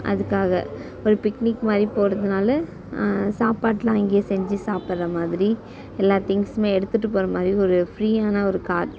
அதுக்காக ஒரு பிக்னிக் மாதிரி போகறதுனால சாப்பாடுலாம் அங்கேயே செஞ்சு சாப்பிட்ற மாதிரி எல்லா திங்ஸுமே எடுத்துகிட்டு போகற மாதிரி ஒரு ஃப்ரீயான ஒரு கார்